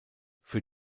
für